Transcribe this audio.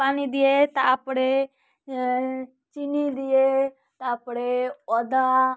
ପାଣି ଦିଏ ତା'ପରେ ଚିନି ଦିଏ ତା'ପରେ ଅଦା